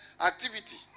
activity